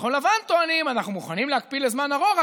בכחול לבן טוענים: אנחנו מוכנים להקפיא לזמן ארוך,